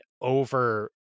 over